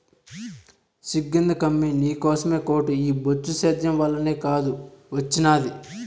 సిగ్గెందుకమ్మీ నీకోసమే కోటు ఈ బొచ్చు సేద్యం వల్లనే కాదూ ఒచ్చినాది